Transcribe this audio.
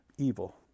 evil